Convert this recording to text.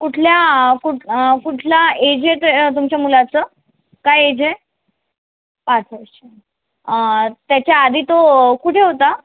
कुठल्या कुठं कुठला एजेस् तुमच्या मुलाचं काय एज आहे पाच वर्ष त्याच्या आधी तो कुठे होता